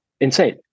Insane